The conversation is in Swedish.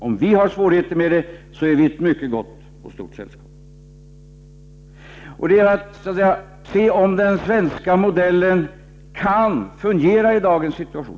Om vi har svårigheter med det är vi i ett mycket gott och stort sällskap. Det gäller att se om den svenska modellen kan fungera i dagens situation.